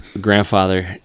grandfather